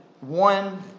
one